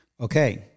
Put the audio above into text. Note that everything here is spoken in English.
okay